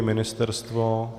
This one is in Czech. Ministerstvo?